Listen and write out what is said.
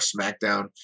SmackDown